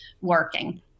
working